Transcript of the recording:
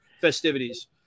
festivities